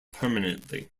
permanently